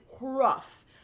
rough